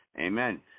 Amen